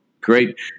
Great